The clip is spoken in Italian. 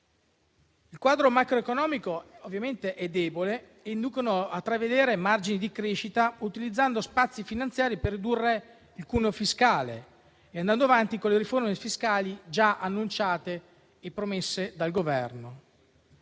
Il quadro macroeconomico, ovviamente, è debole e induce a prevedere margini di crescita, utilizzando spazi finanziari per ridurre il cuneo fiscale ed andando avanti con le riforme fiscali già annunciate e promesse dal Governo.